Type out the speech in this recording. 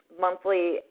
monthly